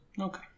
Okay